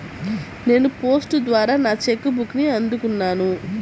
నేను పోస్ట్ ద్వారా నా చెక్ బుక్ని అందుకున్నాను